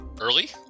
early